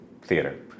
theater